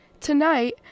Tonight